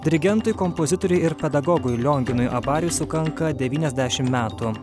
dirigentui kompozitoriui ir pedagogui lionginui abariui sukanka devyniasdešimt metų